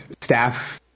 staff